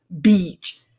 beach